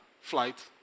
flight